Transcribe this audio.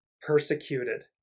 persecuted